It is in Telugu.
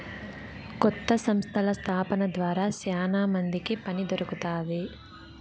కొత్త సంస్థల స్థాపన ద్వారా శ్యానా మందికి పని దొరుకుతాది